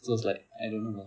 so it's like I don't know